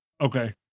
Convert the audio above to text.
Okay